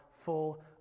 full